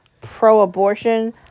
pro-abortion